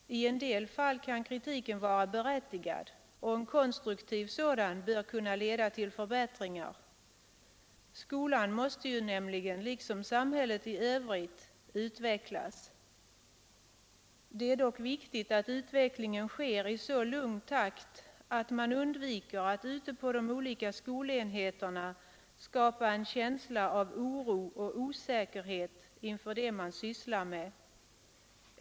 I en del fall kan kritiken vara berättigad, och konstruktiv sådan bör kunna leda till förbättringar. Skolan måste nämligen, liksom samhället i övrigt, utvecklas. Det är dock viktigt att utvecklingen sker i så lugn takt att man undviker att ute på de olika skolenheterna skapa en känsla av oro och osäkerhet inför det man sysslar med.